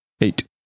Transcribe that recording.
Eight